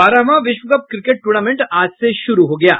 बारहवां विश्व cup cricket tournament आज से शुरू हो गया है